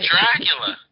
Dracula